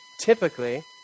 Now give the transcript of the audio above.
Typically